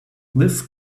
this